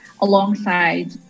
alongside